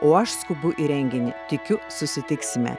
o aš skubu į renginį tikiu susitiksime